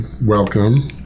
welcome